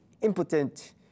impotent